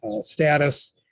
status